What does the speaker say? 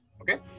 Okay